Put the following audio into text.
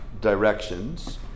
directions